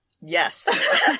Yes